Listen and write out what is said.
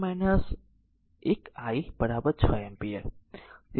તેથી તે r 1 I 6 ampere છે